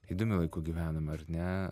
įdomiu laiku gyvename ar ne